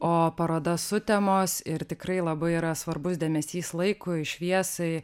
o paroda sutemos ir tikrai labai yra svarbus dėmesys laikui šviesai